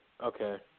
Okay